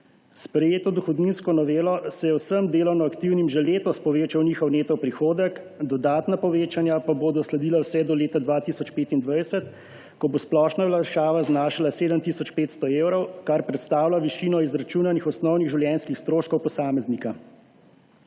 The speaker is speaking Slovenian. sprejeto dohodninsko novelo se je vsem delovno aktivnim že letos povečal njihov neto prihodek, dodatna povečanja pa bodo sledila vse do leta 2025, ko bo splošna olajšava znašala 7 tisoč 500 evrov, kar predstavlja višino izračunanih osnovnih življenjskih stroškov posameznika.